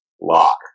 lock